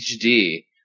HD